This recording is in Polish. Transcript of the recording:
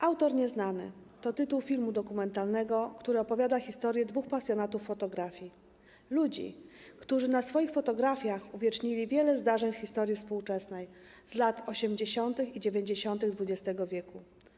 Autor nieznany” - to tytuł filmu dokumentalnego, który opowiada historię dwóch pasjonatów fotografii, ludzi, którzy na swoich fotografiach uwiecznili wiele zdarzeń z historii współczesnej, z lat 80. i 90. XX w.